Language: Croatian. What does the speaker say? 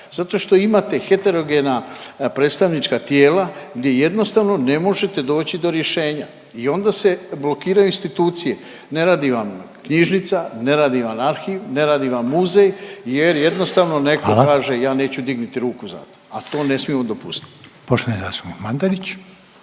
Zato što imate heterogena predstavnička tijela gdje jednostavno ne možete doći do rješenja i onda se blokiraju institucije, ne radi vam knjižnica, ne radi vam arhiv, ne radi vam muzej jer jednostavno neko kaže …/Upadica Reiner: Hvala./… ja neću dignit ruku za to, a to ne smijemo dopustiti. **Reiner,